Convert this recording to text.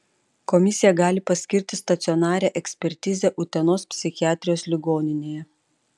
komisija gali paskirti stacionarią ekspertizę utenos psichiatrijos ligoninėje